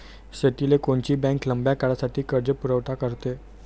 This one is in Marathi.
शेतीले कोनची बँक लंब्या काळासाठी कर्जपुरवठा करते?